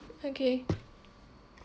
okay